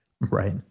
Right